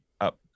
up